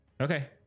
Okay